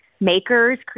makers